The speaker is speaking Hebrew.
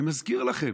אני מזכיר לכם,